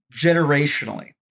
generationally